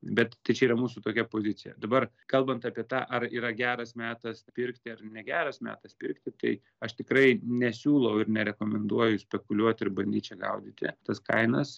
bet tai čia yra mūsų tokia pozicija dabar kalbant apie tą ar yra geras metas pirkti ar negeras metas pirkti tai aš tikrai nesiūlau ir nerekomenduoju spekuliuot ir bandyt čia gaudyti tas kainas